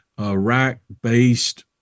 Iraq-based